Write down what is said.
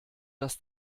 das